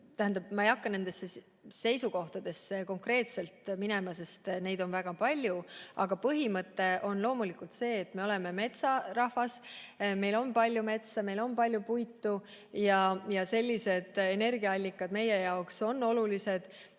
Ma ei hakka nendesse seisukohtadesse konkreetselt minema, sest neid on väga palju, aga põhimõte on loomulikult see, et me oleme metsarahvas, meil on palju metsa, meil on palju puitu, ja sellised energiaallikad on meie jaoks olulised.